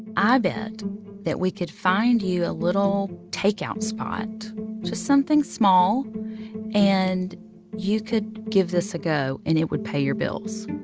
i bet that we could find you a little takeout spot just something small and you could give this a go. and it would pay your bills.